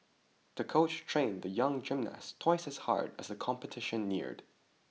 the coach trained the young gymnast twice as hard as the competition neared